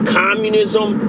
communism